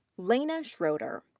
leyna schroeder.